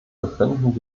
befinden